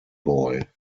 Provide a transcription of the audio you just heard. boy